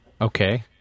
Okay